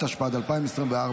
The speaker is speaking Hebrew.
התשפ"ד 2024,